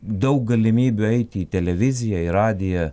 daug galimybių eit į televiziją į radiją